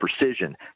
precision